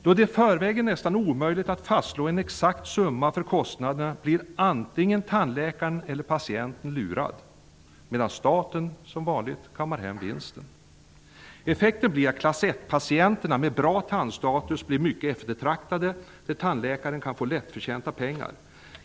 Då det i förväg är nästan omöjligt att fastslå en exakt summa för kostnaderna, blir antingen tandläkaren eller patienten lurad, medan staten som vanligt kammar hem vinsten. Effekten blir att klass 1 -- patienterna med bra tandstatus -- blir mycket eftertraktade, eftersom tandläkaren kan få lättförtjänta pengar.